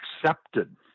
accepted